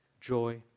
joy